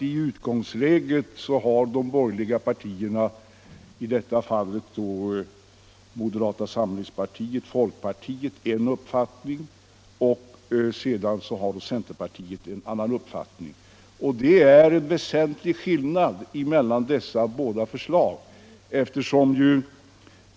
I utgångsläget, herr Danell, har moderata samlingspartiet och folkpartiet en uppfattning och centerpartiet en annan, och det är en väsentlig skillnad mellan dessa båda reservationer.